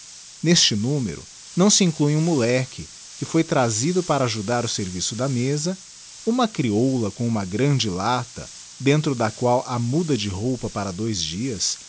neste numero não se inclue um moleque que foi trazido para ajudar o serviço da mesa uma creoula com uma grande lata dentro da qual ha muda de roupa para dous dias